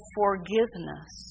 forgiveness